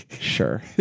sure